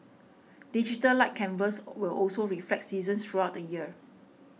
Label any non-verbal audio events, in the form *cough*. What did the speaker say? Digital Light Canvas *hesitation* will also reflect seasons throughout the year